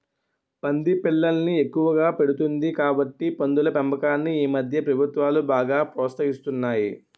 పంది పిల్లల్ని ఎక్కువగా పెడుతుంది కాబట్టి పందుల పెంపకాన్ని ఈమధ్య ప్రభుత్వాలు బాగా ప్రోత్సహిస్తున్నాయి